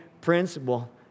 principle